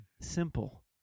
simple